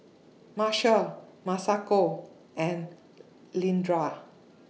Marcia Masako and Leandra